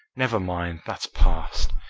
never mind, that's past.